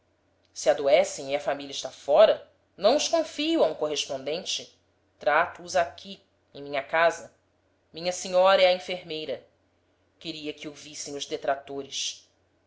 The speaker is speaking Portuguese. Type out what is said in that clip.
se adoecem e a família está fora não os confio a um correspondente trato os aqui em minha casa minha senhora é a enfermeira queria que o vissem os detratores